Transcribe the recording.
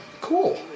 Cool